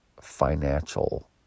financial